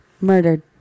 Murdered